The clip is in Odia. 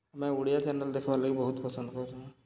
ଆମେ ଓଡ଼ିଆ ଚ୍ୟାନେଲ୍ ଦେଖ୍ବାର୍ଲାଗି ବହୁତ୍ ପସନ୍ଦ୍ କର୍ସୁଁ